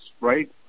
right